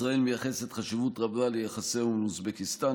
ישראל מייחסת חשיבות רבה ליחסיה עם אוזבקיסטן.